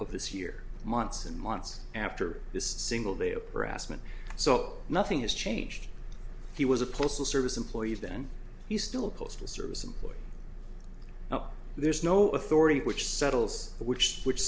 of this year months and months after this single day a pressman so nothing has changed he was a postal service employees then he still postal service employee now there is no authority which settles the which which